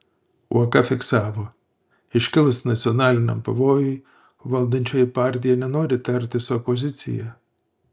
uoka fiksavo iškilus nacionaliniam pavojui valdančioji partija nenori tartis su opozicija